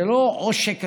זה לא עושק הקשישים,